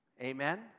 Amen